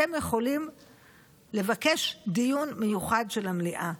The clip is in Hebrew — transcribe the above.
אתם יכולים לבקש דיון מיוחד של המליאה.